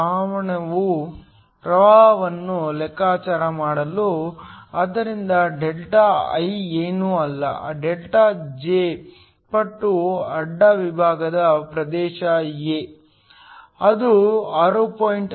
ಪ್ರವಾಹವನ್ನು ಲೆಕ್ಕಾಚಾರ ಮಾಡಲು ಆದ್ದರಿಂದ ಡೆಲ್ಟಾ I ಏನೂ ಅಲ್ಲ ಡೆಲ್ಟಾ ಜೆ ಪಟ್ಟು ಅಡ್ಡ ವಿಭಾಗದ ಪ್ರದೇಶ A ಇದು 6